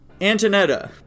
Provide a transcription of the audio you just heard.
Antonetta